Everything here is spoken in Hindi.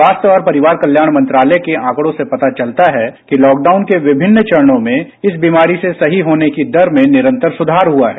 स्वास्थ्य और परिवार कल्याण मंत्रालय के आंकड़ों से पता चलता है कि लॉकडाउन के विभिन्न चरणों में इस बीमारी से सही होने की दर में निरंतर सुधार हुआ है